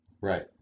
Right